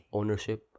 ownership